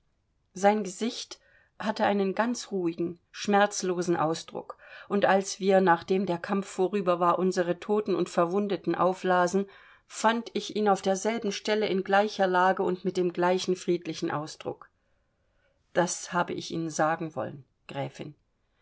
sein gesicht hatte einen ganz ruhigen schmerzlosen ausdruck und als wir nachdem der kampf vorüber war unsere toten und verwundeten auflasen fand ich ihn auf derselben stelle in gleicher lage und mit dem gleichen friedlichen ausdruck das habe ich ihnen sagen wollen gräfin